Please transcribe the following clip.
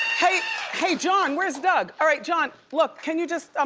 hey hey john, where's doug? all right, john, look. can you just,